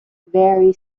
very